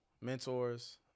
mentors